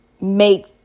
Make